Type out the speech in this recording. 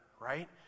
right